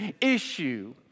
issue